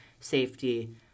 safety